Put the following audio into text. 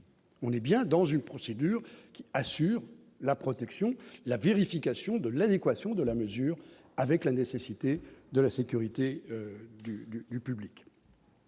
on est bien dans une procédure qui assure la protection, la vérification de l'adéquation de la mesure avec la nécessité de la sécurité du public.